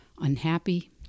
unhappy